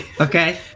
Okay